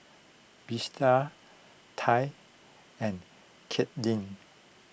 Tye and Katelyn